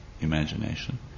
imagination